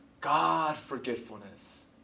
God-forgetfulness